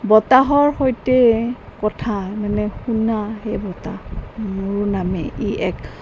বতাহৰ সৈতে কথা মানে শুনা সেই বতাহ মোৰ নামে ই এক